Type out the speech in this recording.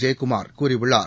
ஜெயக்குமார் கூறியுள்ளார்